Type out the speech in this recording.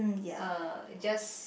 uh just